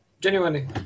genuinely